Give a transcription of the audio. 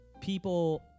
people